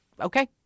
okay